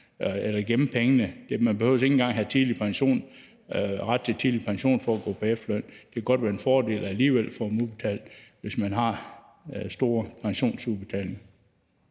bare gemme pengene, man behøver ikke engang at have ret til tidlig pension for at gå på efterløn. Det kan godt være en fordel alligevel at få dem udbetalt, hvis man har store pensionsudbetalinger.